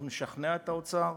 אנחנו נשכנע את האוצר.